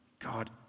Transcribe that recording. God